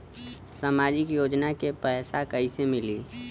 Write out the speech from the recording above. सामाजिक योजना के पैसा कइसे मिली?